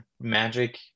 Magic –